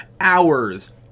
hours